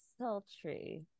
sultry